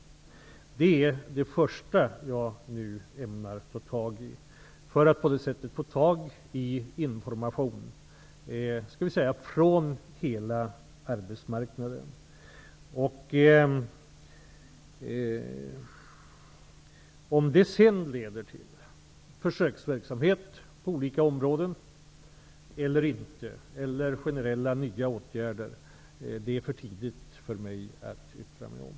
Det är det första jag nu ämnar göra, för att på det sättet få information från hela arbetsmarknaden. Om det sedan leder till försöksverksamhet på olika områden eller generella nya åtgärder är det för tidigt för mig att yttra mig om.